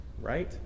right